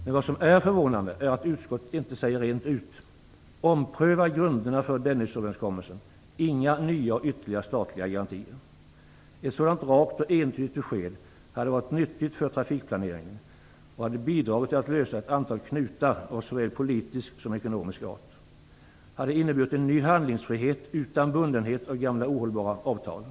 Men förvånande är att utskottet inte säger rent ut: Ompröva grunderna för Dennisöverenskommelsen! Inga nya och ytterligare statliga garantier. Ett sådant rakt och entydigt besked hade varit nyttigt för trafikplaneringen och hade bidragit till att lösa ett antal knutar av såväl politisk som ekonomisk art. Det hade inneburit en ny handlingsfrihet utan bundenhet till gamla ohållbara avtal.